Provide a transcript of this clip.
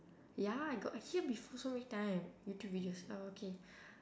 ya I got hear before so many time youtube videos uh okay